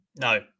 No